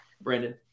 Brandon